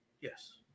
Yes